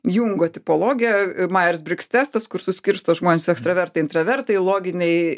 jungo tipologija majers brigs testas kur suskirsto žmones ekstravertai intravertai loginiai